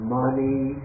money